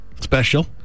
special